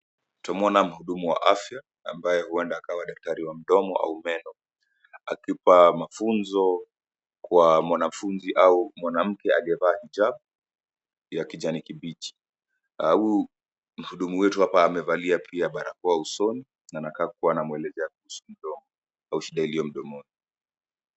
Tunamwona mhudumu wa afya ambaye huenda akawa daktari wa mdomo au meno. akimpa mafunzo kwa mwanafunzi au mwanamke aliyevaa hijab ya kijani kibichi. Huyu mhudumu wetu hapa amevalia pia barakoa usoni na anakaa kuwa anamwelezea kuhusu mdomo au shida iliyo mdomoni.